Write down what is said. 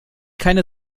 keine